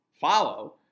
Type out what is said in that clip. follow